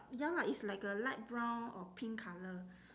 ya lah it's like a light brown or pink colour